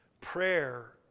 Prayer